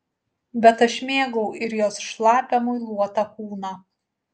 bet aš mėgau ir jos šlapią muiluotą kūną